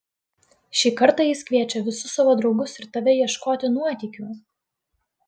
šį kartą jis kviečia visus savo draugus ir tave ieškoti nuotykių